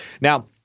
Now